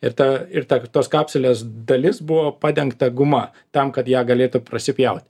ir ta ir ta tos kapsulės dalis buvo padengta guma tam kad ją galėtų prasipjauti